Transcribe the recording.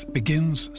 begins